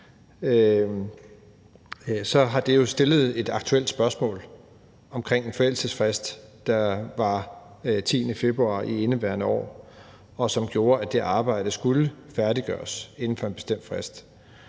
at det jo har rejst et aktuelt spørgsmål omkring en forældelsesfrist, der jo var den 10. februar i indeværende år, og som gjorde, at det arbejde skulle færdiggøres inden for en bestemt frist.